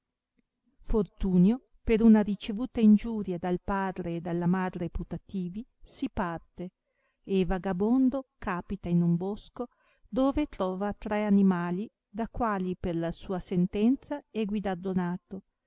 fortunio per una ricevuta ingiuria dal padre e dalla madre putativi si parte e vagabondo capita in un bosco dove trova tre animali da quali per sua sentenza è guidar donato